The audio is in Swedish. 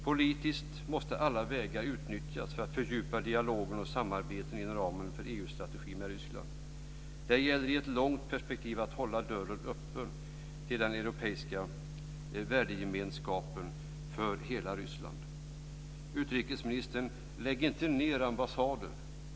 Politiskt måste alla vägar utnyttjas för att fördjupa dialogen och samarbetet inom ramen för EU-strategin med Ryssland. Det gäller i ett långt perspektiv att hålla dörren öppen till den europeiska värdegemenskapen för hela Ryssland. Utrikesministern! Lägg inte ned ambassader!